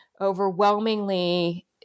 overwhelmingly